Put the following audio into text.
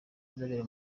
izabera